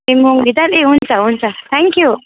ए मुङ्गी दाल ए हुन्छ हुन्छ थ्याङ्कयू